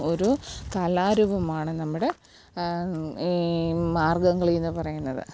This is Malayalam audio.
ഒരു കലാരൂപമാണ് നമ്മുടെ ഈ മാർഗംകളിയെന്ന് പറയുന്നത്